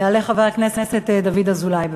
יעלה חבר הכנסת דוד אזולאי.